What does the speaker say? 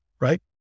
right